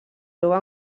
jove